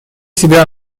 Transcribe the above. себя